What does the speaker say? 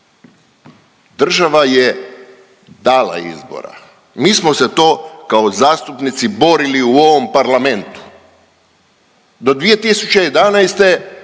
Država je dala izbora, mi smo se to kao zastupnici borili u ovom Parlamentu do 2011.